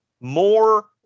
more